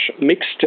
mixed